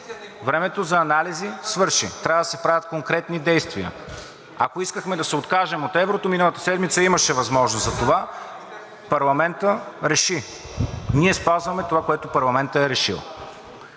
АТАНАС ПЕКАНОВ: …трябва да се правят конкретни действия. Ако искахме да се откажем от еврото, миналата седмица имаше възможност за това. Парламентът реши. Ние спазваме това, което парламентът е решил.